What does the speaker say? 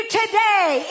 today